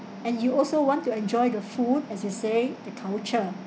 and you also want to enjoy the food as you say the culture